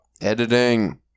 editing